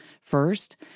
First